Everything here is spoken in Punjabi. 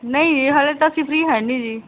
ਨਹੀਂ ਜੀ ਹਲੇ ਤਾਂ ਅਸੀਂ ਫਰੀ ਹੈ ਨਹੀਂ ਜੀ